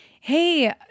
Hey